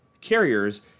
carriers